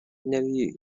negli